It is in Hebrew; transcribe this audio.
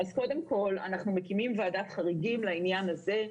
קודם כל, אנחנו מקימים ועדת חריגים לעניין הזה.